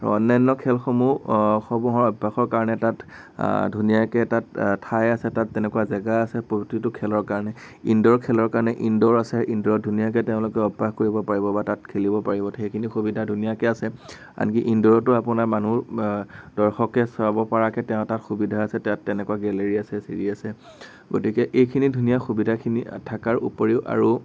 আৰু অন্যান্য খেলসমূহ সমূহত অভ্যাসৰ কাৰণে তাত ধুনীয়াকে তাত ঠাই আছে তাত তেনেকুৱা জেগা আছে প্ৰতিটো খেলৰ কাৰণে ইনড'ৰ খেলৰ কাৰণে ইনড'ৰ আছে ইনড'ৰত ধুনীয়াকে তেওঁলোকে অভ্যাস কৰিব পাৰিব বা তাত খেলিব পাৰিব সেইখিনি সুবিধা ধুনীয়াকে আছে আনকি ইনড'ৰতো আপোনাৰ মানুহ দৰ্শকে চাব পৰাকে তেওঁ তাত সুবিধা আছে তাত তেনেকুৱা গেলেৰী আছে ছিৰি আছে গতিকে এইখিনি ধুনীয়া সুবিধাখিনি থাকাৰ উপৰিও আৰু